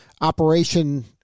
operation